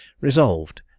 Resolved